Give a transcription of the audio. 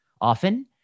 often